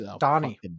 Donnie